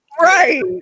right